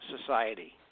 Society